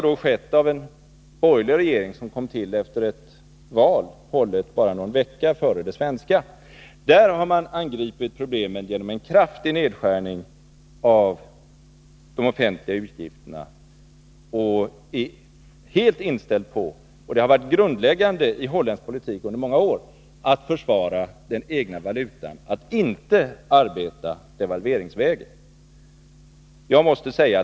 I Holland har den borgerliga regering som kom till efter ett val hållet bara någon vecka före det svenska angripit problemen genom en kraftig nedskärning av de offentliga utgifterna. Där är man helt inställd på att försvara den egna valutan och att inte arbeta devalveringsvägen — någonting som har varit grundläggande i holländsk politik i många år.